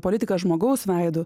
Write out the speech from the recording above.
politikas žmogaus veidu